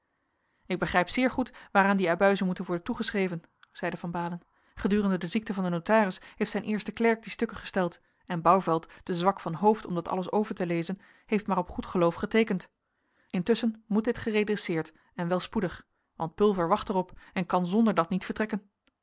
ik begrijp zeer goed waaraan die abuizen moeten worden toegeschreven zeide van baalen gedurende de ziekte van den notaris heeft zijn eerste klerk die stukken gesteld en bouvelt te zwak van hoofd om dat alles over te lezen heeft maar op goed geloof geteekend intusschen moet dit geredresseerd en wel spoedig want pulver wacht er op en kan zonder dat niet vertrekken